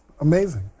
amazing